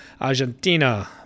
Argentina